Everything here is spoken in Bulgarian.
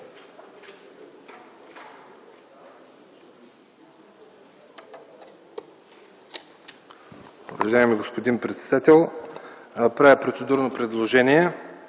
Благодаря.